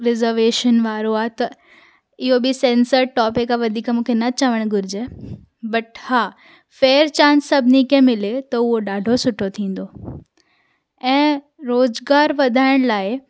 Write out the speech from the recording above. reservation वारो आहे त इहो बि सेंंसर टॉपिक आहे वधीक मूंखे न चवणु घुरिजे बट हा फ़ेर चांस सभनिनि खे मिले त उहो ॾाढो सुठो थींदो ऐं रोज़गारु वधाइण लाइ